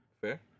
Fair